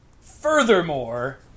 Furthermore